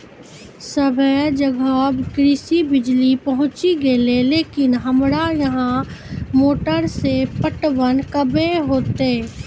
सबे जगह कृषि बिज़ली पहुंची गेलै लेकिन हमरा यहाँ मोटर से पटवन कबे होतय?